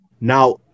Now